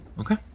Okay